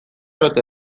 ote